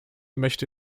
möchte